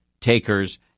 takers